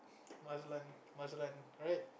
must learn must learn alright